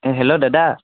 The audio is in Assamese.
হেল্ল' দাদা